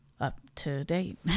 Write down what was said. up-to-date